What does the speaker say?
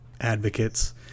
advocates